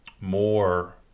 more